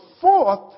fourth